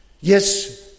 Yes